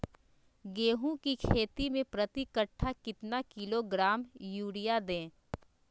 गेंहू की खेती में प्रति कट्ठा कितना किलोग्राम युरिया दे?